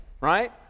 right